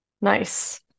Nice